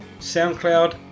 SoundCloud